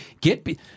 get